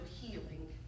healing